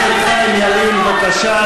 ל"שוברים שתיקה"